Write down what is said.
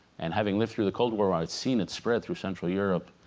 and having lived through the cold war i had seen it spread through central europe.